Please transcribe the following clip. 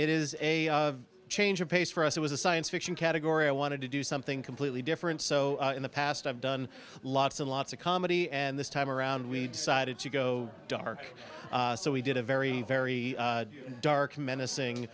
it is a change of pace for us it was a science fiction category i wanted to do something completely different so in the past i've done lots and lots of comedy and this time around we decided to go dark so we did a very very dark